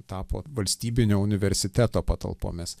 tapo valstybinio universiteto patalpomis